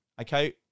okay